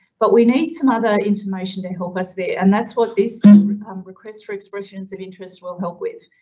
but we need some other information to help us there. and that's what this request for expressions of interest will help with.